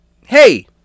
hey